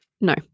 no